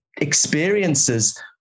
experiences